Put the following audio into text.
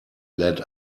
led